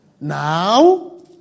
Now